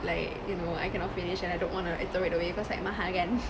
like you know I cannot finish and I don't want to throw it away because like mahal kan